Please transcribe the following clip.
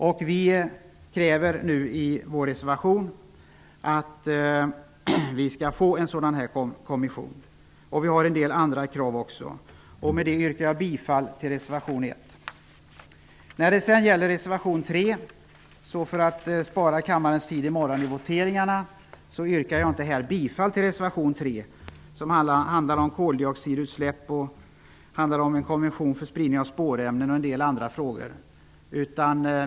Vi kräver nu i vår reservation att vi skall få en kommission. Vi har också en del andra krav. Jag yrkar bifall till reservation nr 1. För att spara på kammarens tid vid voteringen i morgon yrkar jag inte bifall till reservation nr 3. Reservationen handlar om koldioxidutsläpp, en konvention om spridning av spårämnen m.m.